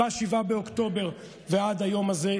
ב-7 באוקטובר ועד היום הזה.